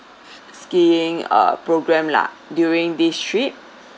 skiing uh program lah during this trip